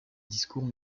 discours